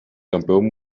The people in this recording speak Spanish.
campeón